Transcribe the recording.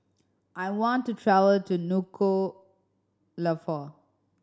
I want to travel to Nuku'alofa